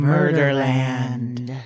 Murderland